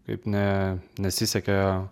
kaip ne nesisekė